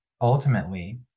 ultimately